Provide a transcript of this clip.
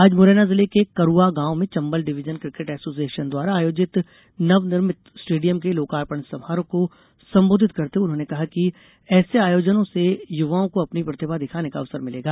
आज मुरैना जिले के करुआ गांव में चंबल डिवीजन क्रिकेट एसोसिएशन द्वारा आयोजित नव निर्मित स्टेडियम के लोकार्पण समारोह को संबोधित करते हुए उन्होंने कहा कि ऐसे आयोजन से युवाओं को अपनी प्रतिभा दिखाने का अवसर मिलेगा